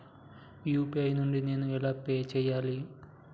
UPI నుండి నేను ఎలా పే చెయ్యాలి?